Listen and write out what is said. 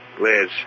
Liz